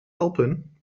alpen